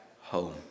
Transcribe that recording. home